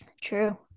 true